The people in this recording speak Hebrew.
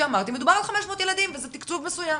שמדובר על 500 ילדים וזה תקצוב מסוים?